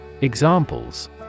Examples